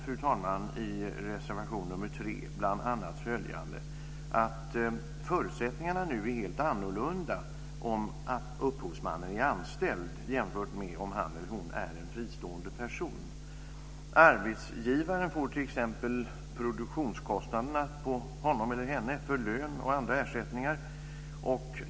Vi hävdar i reservation nr 3 bl.a. att förutsättningarna nu är helt annorlunda om upphovsmannen är anställd jämfört med om han eller hon är en fristående person. Arbetsgivaren står t.ex. för produktionskostnaderna för honom eller henne i form av lön och andra ersättningar.